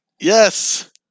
Yes